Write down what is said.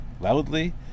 loudly